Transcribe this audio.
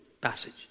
passage